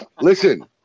Listen